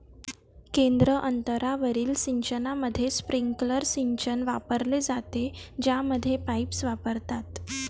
केंद्र अंतरावरील सिंचनामध्ये, स्प्रिंकलर सिंचन वापरले जाते, ज्यामध्ये पाईप्स वापरतात